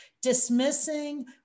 Dismissing